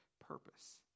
purpose